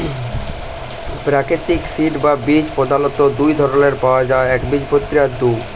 পেরাকিতিক সিড বা বীজ পধালত দু ধরলের পাউয়া যায় একবীজপত্রী আর দু